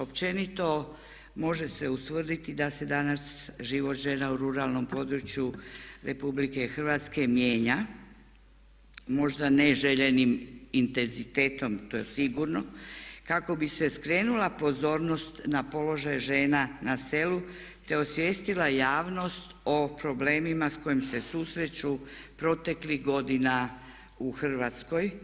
Općenito može se ustvrditi da se danas život žena u ruralnom području Republike Hrvatske mijenja, možda ne željenim intenzitetom to je sigurno, kako bi se skrenula pozornost na položaj žena na selu te osvijestila javnost o problemima s kojim se susreću proteklih godina u Hrvatskoj.